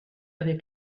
avec